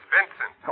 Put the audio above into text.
Vincent